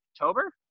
October